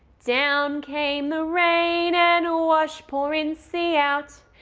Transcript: down came the rain and washed poor incy out.